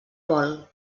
vol